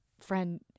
friend